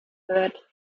wird